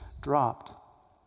dropped